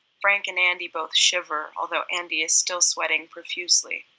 frank and andy both shiver, although andy is still sweating profusely.